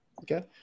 Okay